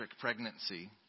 pregnancy